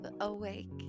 awake